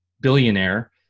billionaire